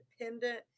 independent